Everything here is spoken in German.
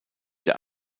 der